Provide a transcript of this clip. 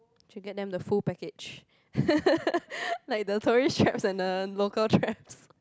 should get them the full package like the tourist traps and the local traps